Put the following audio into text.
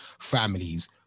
families